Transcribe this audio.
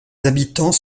habitants